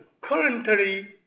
currently